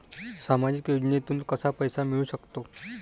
सामाजिक योजनेतून कसा पैसा मिळू सकतो?